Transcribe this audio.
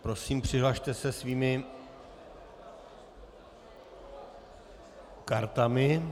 Prosím, přihlaste se svými kartami.